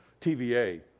TVA